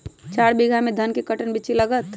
चार बीघा में धन के कर्टन बिच्ची लगतै?